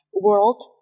world